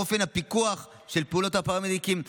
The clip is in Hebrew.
אופן הפיקוח של פעולות הפרמדיקים,